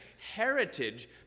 Heritage